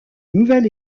nouvel